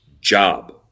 job